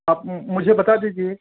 आप मुझे बता दीजिए